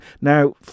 Now